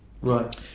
Right